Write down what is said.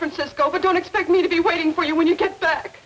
francisco but don't expect me to be waiting for you when you get back